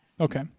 Okay